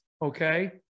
Okay